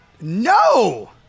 No